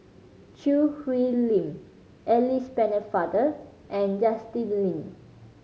Choo Hwee Lim Alice Pennefather and Justin Lean